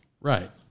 right